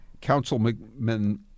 Councilman